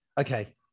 Okay